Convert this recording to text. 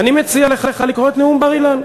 אני מציע לך לקרוא את נאום בר-אילן.